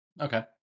Okay